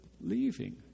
leaving